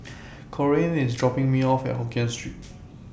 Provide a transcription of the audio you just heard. Corene IS dropping Me off At Hokien Street